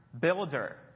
builder